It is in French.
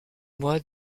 moi